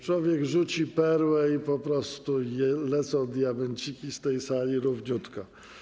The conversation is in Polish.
Człowiek rzuci perłę i po prostu lecą diamenciki z tej sali równiutko.